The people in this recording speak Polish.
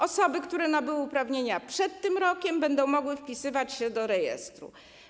Osoby, które nabyły uprawnienia przed tym rokiem, będą mogły wpisywać się do rejestru.